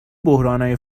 بحرانهای